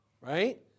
right